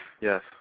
Yes